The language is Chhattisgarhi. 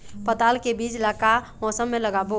पताल के बीज ला का मौसम मे लगाबो?